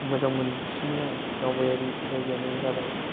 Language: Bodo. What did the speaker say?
मोजां मोनसिननाय दावबायारि जायगायानो जाबाय